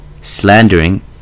slandering